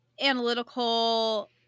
analytical